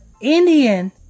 Indian